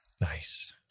Nice